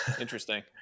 Interesting